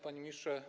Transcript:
Panie Ministrze!